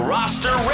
Roster